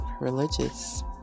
Religious